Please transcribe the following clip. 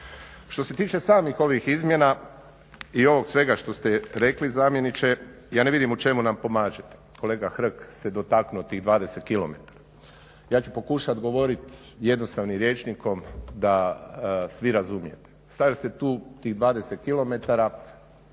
Što se tiče samih ovih izmjena i ovog svega što ste rekli zamjeniče ja ne vidim u čemu nam pomažete. Kolega Hrg se dotaknuo tih 20 km. Ja ću pokušati govoriti jednostavnim rječnikom da svi razumiju. Stavili ste tu tih 20 km na